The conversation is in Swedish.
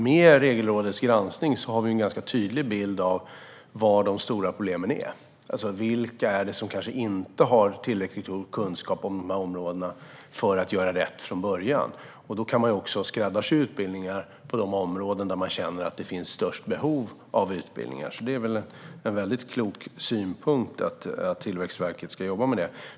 Med Regelrådets granskning har vi en ganska tydlig bild av var de stora problemen finns. Vilka är det som inte har tillräckligt med kunskap för att göra rätt från början? Då kan man skräddarsy utbildningar på de områden där det finns störst behov av utbildningar. Det är en väldigt klok synpunkt att Tillväxtverket ska jobba med det.